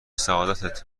سعادتت